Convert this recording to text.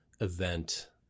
event